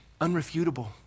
unrefutable